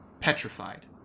petrified